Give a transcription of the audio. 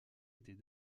était